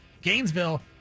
Gainesville